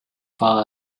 far